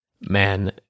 Man